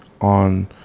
on